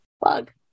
Bug